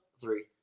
Three